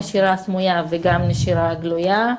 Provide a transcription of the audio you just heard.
נשירה סמויה וגם נשירה גלויה,